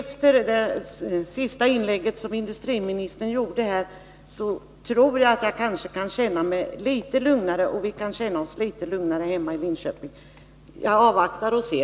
Fru talman! Efter industriministerns sista inlägg tror jag att jag och alla hemma i Linköping kan känna oss litet lugnare. Jag avvaktar och ser.